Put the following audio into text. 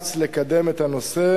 למאמץ לקדם את הנושא.